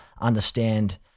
understand